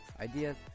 ideas